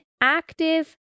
active